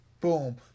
Boom